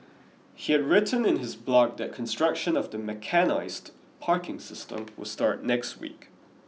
he had written in his blog that construction of the mechanised parking system will start next week